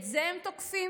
את זה הם תוקפים?